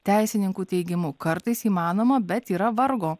teisininkų teigimu kartais įmanoma bet yra vargo